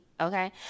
Okay